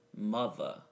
mother